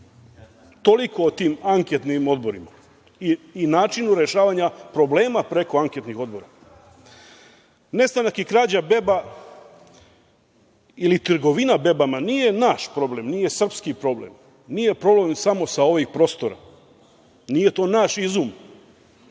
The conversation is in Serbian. Toliko o tim anketnim odborima i načinu rešavanja problema preko anketnih odbora. Nestanak i krađa beba ili trgovina bebama nije naš problem, nije srpski problem, nije problem samo sa ovih prostora, nije to naš izum,